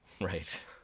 right